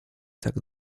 tak